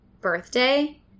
birthday